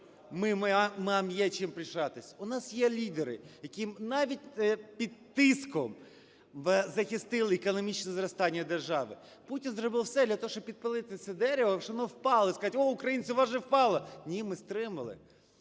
нам є чим пишатися. У нас є лідери, які навіть під тиском захистили економічне зростання держави. Путін зробив все для того, щоб підпалити це дерево, щоб воно впало, і сказать: о, українці, у вас же впало. Ні,?ми стримали.